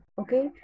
okay